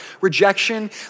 rejection